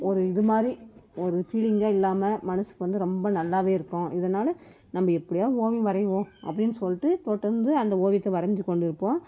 ஒரு இது மாதிரி ஒரு ஃபீலிங்கே இல்லாமல் மனதுக்கு வந்து ரொம்ப நல்லாவே இருக்கும் இதனால் நம்ம எப்படியாவது ஓவியம் வரைவோம் அப்படின்னு சொல்லிட்டு தொடர்ந்து அந்த ஓவியத்தை வரைஞ்சி கொண்டிருப்போம்